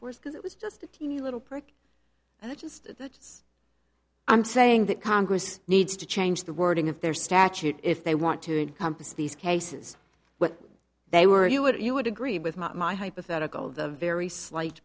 force because it was just a teeny little prick and i just i'm saying that congress needs to change the wording of their statute if they want to encompass these cases but they were you would you would agree with my hypothetical the very slight